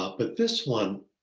ah but this one,